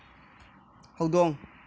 ꯍꯧꯗꯣꯡ